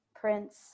Prince